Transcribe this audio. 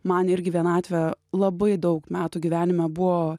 man irgi vienatvė labai daug metų gyvenime buvo